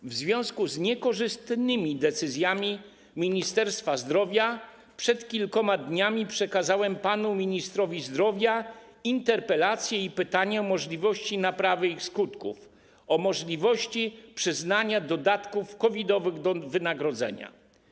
W związku z niekorzystnymi decyzjami Ministerstwa Zdrowia przed kilkoma dniami przekazałem panu ministrowi zdrowia interpelację i pytanie o możliwość naprawy ich skutków, o możliwość przyznania dodatków COVID-owych do wynagrodzenia.